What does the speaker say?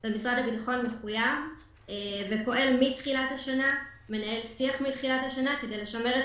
ומשרד הביטחון מחויב ופועל מתחילת השנה כדי לשמר את